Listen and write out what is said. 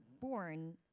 born